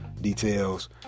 details